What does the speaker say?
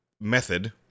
method